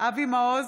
אבי מעוז,